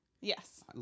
yes